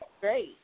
great